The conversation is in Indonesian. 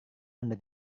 anda